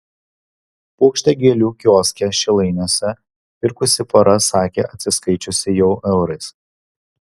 puokštę gėlių kioske šilainiuose pirkusi pora sakė atsiskaičiusi jau eurais